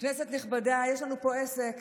כנסת נכבדה, יש לנו פה עסק